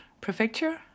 prefecture